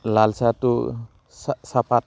লালচাহটো চা চাহপাত